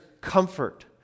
comfort